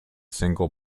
single